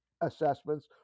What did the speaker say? assessments